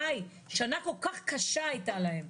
די, שנה כל כך קשה הייתה להם.